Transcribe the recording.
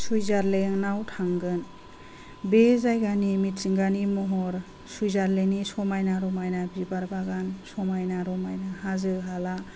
सुइजारलेण्डआव थांगोन बे जायगानि मिथिंगानि महर सुइजारलेण्डनि समाइना रमाइना बिबार बागान समाइना रमाइना हाजो हाला